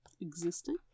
Existing